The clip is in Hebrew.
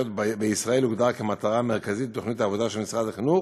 בישראל הוגדר כמטרה מרכזית בתוכנית העבודה של משרד החינוך.